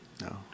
No